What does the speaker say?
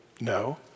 No